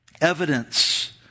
evidence